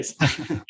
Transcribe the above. Yes